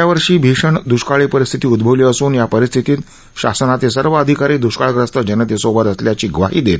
यावर्षी राज्यात भीषण द्ष्काळी परिस्थिती उद्भवली असून या परिस्थितीत शासनाचे सर्व अधिकारी द्रष्काळग्रस्त जनतेसोबत असल्याची ग्वाही देत